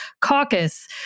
caucus